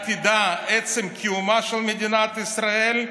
עתידה ועצם קיומה של מדינת ישראל,